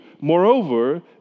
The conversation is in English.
Moreover